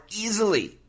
easily